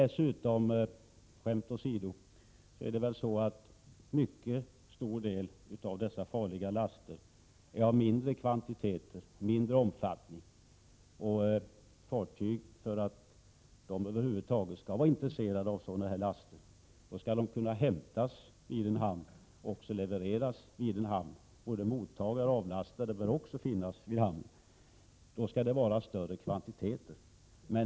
Skämt åsido, en mycket stor del av dessa farliga laster är av mindre kvantiteter. För att fartyg över huvud taget skall vara intresserade av laster måste de kunna hämtas i en hamn och levereras i en annan. Både mottagare och lastare skall finnas i hamnen, och det skall gälla tillräckligt stora kvantiteter.